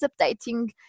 updating